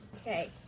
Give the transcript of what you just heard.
Okay